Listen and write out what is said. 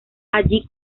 allí